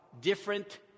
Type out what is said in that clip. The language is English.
Different